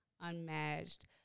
unmatched